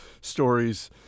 stories